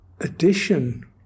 addition